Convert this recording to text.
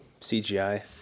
CGI